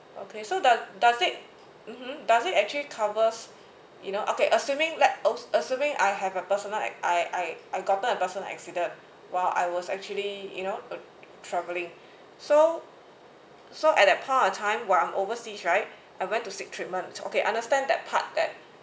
okay so do~ does it mmhmm does it actually covers you know okay assuming like al~ assuming I have a personal like I I I gotten a personal accident while I was actually you know uh travelling so so at that point of time when I'm overseas right I went to seek treatment okay understand that part that